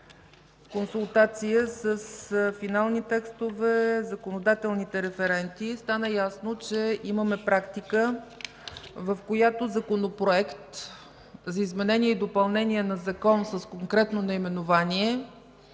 консултация с Финални текстове – законодателните референти, стана ясно, че имаме практика, в която законопроект за изменение и допълнение на закон с конкретно наименование,